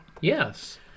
yes